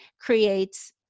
creates